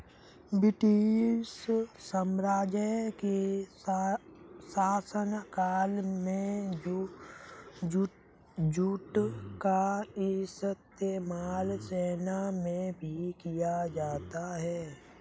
British साम्राज्य के शासनकाल में जूट का इस्तेमाल सेना में भी किया जाता था